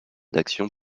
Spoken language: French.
d’actions